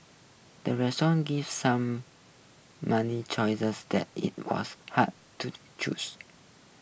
the restaurant gave some many choices that it was hard to choose